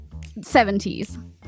70s